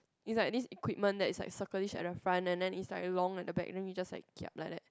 it's like this equipment that is like circle-ish in the front and then is like long at the back ring is just like kiap like that